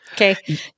Okay